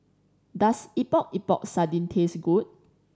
does Epok Epok Sardin taste good